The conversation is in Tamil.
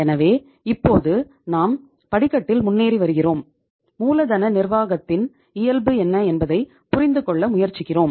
எனவே இப்போது நாம் படிக்கட்டில் முன்னேறி வருகிறோம் மூலதன நிர்வாகத்தின் இயல்பு என்ன என்பதை புரிந்து கொள்ள முயற்சிக்கிறோம்